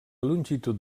longitud